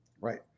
Right